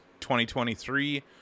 2023